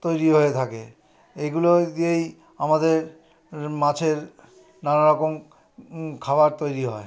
তৈরি হয়ে থাকে এগুলোই দিয়েই আমাদের মাছের নানা রকম খাবার তৈরি হয়